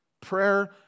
Prayer